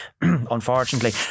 unfortunately